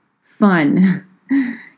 fun